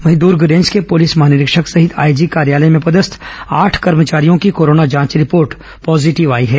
वहीं दूर्ग रेंज के पुलिस महानिरीक्षक सहित आईजी कार्यालय में पदस्थ आठ कर्मचारियों की कोरोना जांच रिपोर्ट पॉजिटिव आई है